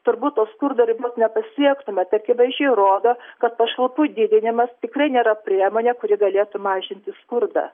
turbūt to skurdo ribos nepasiektume tai akivaizdžiai rodo kad pašalpų didinimas tikrai nėra priemonė kuri galėtų mažinti skurdą